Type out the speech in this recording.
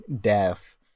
death